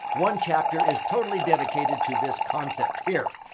one chapter is totally dedicated to this concept here.